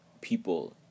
people